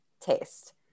taste